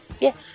Yes